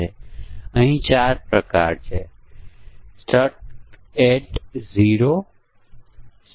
અને તે જ રીતે જો થાપણ 1 લાખથી વધુ છે અને તે 1 વર્ષથી ઓછી છે તો તે 7 ટકા પેદા કરે છે